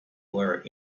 were